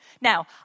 Now